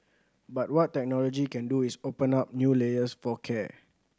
but what technology can do is open up new layers for care